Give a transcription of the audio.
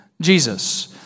Jesus